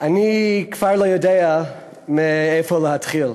אני כבר לא יודע מאיפה להתחיל.